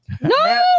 No